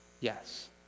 Yes